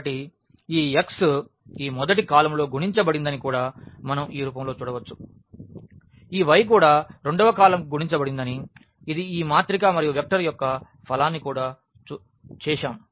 కాబట్టి ఈ x ఈ మొదటి కాలమ్ లో గుణించబడిందని కూడా మనం ఈ రూపంలో చూడవచ్చు ఈ y కూడా రెండవ కాలమ్కు గుణించబడిందని ఇది ఈ మాత్రిక మరియు వెక్టర్ యొక్క ఫలాన్ని కూడా మేము చేశాం